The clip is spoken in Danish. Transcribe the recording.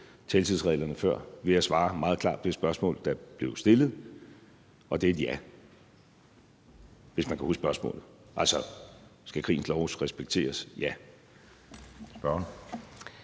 taletidsreglerne før, ved at svare meget klart på det spørgsmål, der blev stillet. Det er et ja – hvis man kan huske spørgsmålet. Altså, skal krigens love respekteres? Ja.